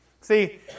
See